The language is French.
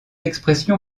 expression